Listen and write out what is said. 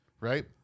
right